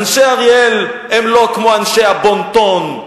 אנשי אריאל הם לא כמו אנשי הבון-טון,